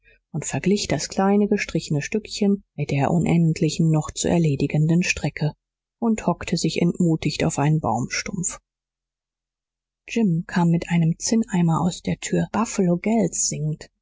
und verglich das kleine gestrichene stückchen mit der unendlichen noch zu erledigenden strecke und hockte sich entmutigt auf einen baumstumpf jim kam mit einem zinneimer aus der tür buffalo gals singend